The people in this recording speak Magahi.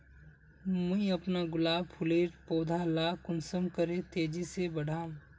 मुई अपना गुलाब फूलेर पौधा ला कुंसम करे तेजी से बढ़ाम?